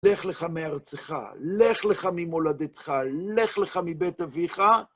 לך לך מארצך, לך לך ממולדתך, לך לך מבית אביך.